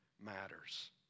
matters